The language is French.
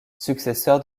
successeur